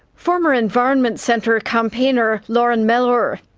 former environment centre campaigner lauren mellor.